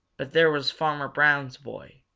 but there was farmer brown's boy.